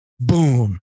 boom